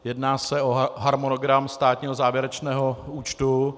Jedná se o harmonogram státního závěrečného účtu.